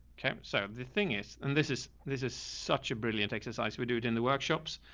okay. so the thing is, and this is, this is such a brilliant exercise, we do it in the workshops,